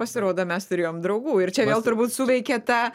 pasirodo mes turėjom draugų ir čia vėl turbūt suveikė ta